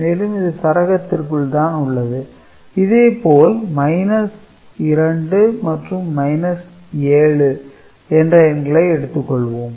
மேலும் இது சரகத்திற்குள் தான் உள்ளது இதேபோல் 2 மற்றும் 7 என்ற எண்களை எடுத்துக்கொள்வோம்